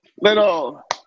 Little